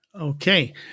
Okay